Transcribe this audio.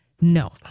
No